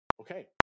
Okay